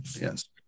Yes